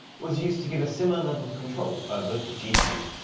was used to give a similar level of control over the gpu.